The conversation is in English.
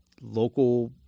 local